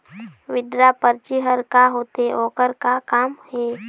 Withdraw परची हर का होते, ओकर का काम हे?